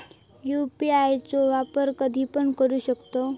UPI चो वापर कधीपण करू शकतव?